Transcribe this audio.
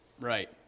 Right